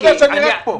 אתה יודע שאני רק פה.